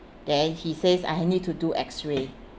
then he says I need to do X-ray